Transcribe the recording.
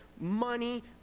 money